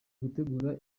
gutegura